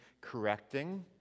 correcting